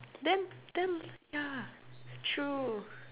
then then ya true